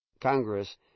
Congress